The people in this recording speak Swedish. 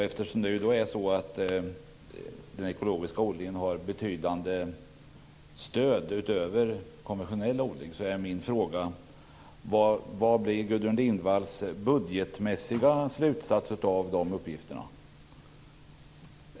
Eftersom den ekologiska odlingen har betydande stöd utöver konventionell odling är min första fråga: Vad blir Gudrun Lindvalls budgetmässiga slutsats av de uppgifterna?